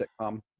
sitcom